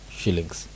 shillings